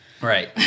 Right